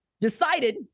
decided